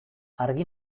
argi